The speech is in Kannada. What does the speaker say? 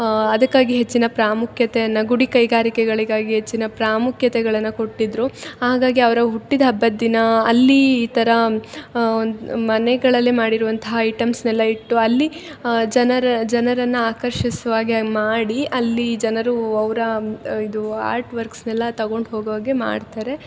ಅದಕ್ಕಾಗಿ ಹೆಚ್ಚಿನ ಪ್ರಾಮುಖ್ಯತೆಯನ್ನ ಗುಡಿ ಕೈಗಾರಿಕೆಗಳಿಗಾಗಿ ಹೆಚ್ಚಿನ ಪ್ರಾಮುಖ್ಯತೆಗಳನ್ನ ಕೊಟ್ಟಿದ್ದರು ಹಾಗಾಗಿ ಅವರ ಹುಟ್ಟಿದ ಹಬ್ಬದ ದಿನ ಅಲ್ಲಿ ಈ ಥರ ಮನೆಗಳಲ್ಲೇ ಮಾಡಿರುವಂತಹ ಐಟಮ್ಸ್ನೆಲ್ಲ ಇಟ್ಟು ಅಲ್ಲಿ ಜನರ ಜನರನ್ನ ಆಕರ್ಷಿಸುವಾಗೆ ಮಾಡಿ ಅಲ್ಲಿ ಜನರು ಅವರ ಇದು ಆರ್ಟ್ವರ್ಕ್ಸ್ನೆಲ್ಲಾ ತಕೊಂಡು ಹೋಗುವಾಗೆ ಮಾಡ್ತಾರೆ